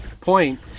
point